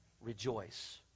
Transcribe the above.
rejoice